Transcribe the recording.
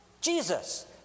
Jesus